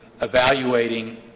evaluating